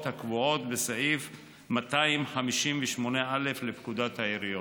הקבועות בסעיף 258א לפקודת העיריות.